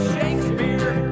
Shakespeare